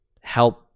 help